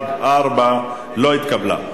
4 לסעיף 1 לא התקבלה.